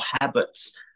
habits